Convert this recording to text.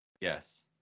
Yes